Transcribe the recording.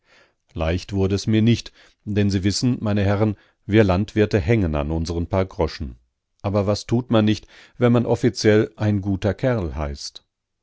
leicht wurde es mir nicht denn sie wissen meine herren wir landwirte hängen an unseren paar groschen aber was tut man nicht wenn man offiziell ein guter kerl heißt